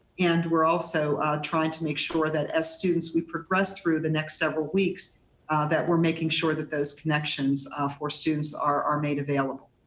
and we're also trying to make sure that as students, we progress through the next several weeks that we're making sure that those connections for students are made available.